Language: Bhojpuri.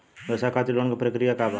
व्यवसाय खातीर लोन के प्रक्रिया का बा?